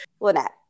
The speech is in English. Lynette